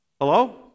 hello